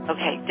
Okay